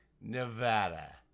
Nevada